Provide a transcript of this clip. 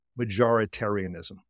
majoritarianism